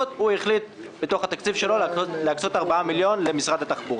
היתרה עוברת עבור היערכות משרד הפנים